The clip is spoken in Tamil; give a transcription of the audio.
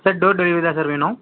சார் டோர் டெலிவரி தான் சார் வேணும்